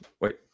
wait